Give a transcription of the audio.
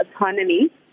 autonomy